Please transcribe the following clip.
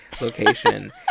location